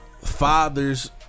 fathers